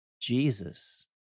Jesus